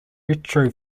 retro